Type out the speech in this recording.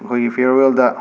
ꯑꯩꯈꯣꯏꯒꯤ ꯐꯤꯌꯔꯋꯦꯜꯗ